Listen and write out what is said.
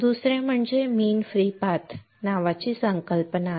दुसरे म्हणजे mean free path नावाची संकल्पना आहे